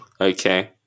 okay